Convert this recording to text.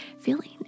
feeling